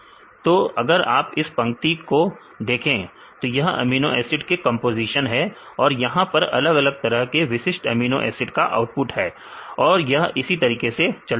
तो अगर आप इस पंक्ति को देखें तो यह एमिनो एसिड के कंपोजीशन है और यहां पर अलग अलग तरह के विशिष्ट एमिनो एसिड का आउटपुट है और यह इसी तरीके से चलता रहेगा